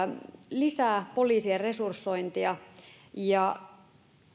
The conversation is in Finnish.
lisää poliisien resursointia